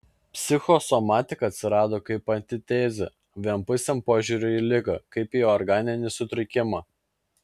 psichosomatika atsirado kaip antitezė vienpusiam požiūriui į ligą kaip į organinį sutrikimą